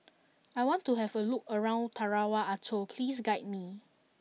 I want to have a look around Tarawa Atoll Please guide me